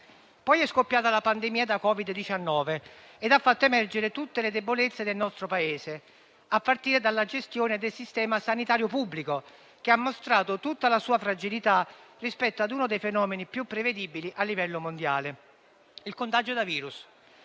Poi è scoppiata la pandemia da Covid-19, che ha fatto emergere tutte le debolezze del nostro Paese, a partire dalla gestione del sistema sanitario pubblico, che ha mostrato tutta la sua fragilità rispetto ad uno dei fenomeni più prevedibili a livello mondiale: il contagio da virus.